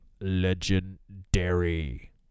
legendary